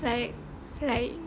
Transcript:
like like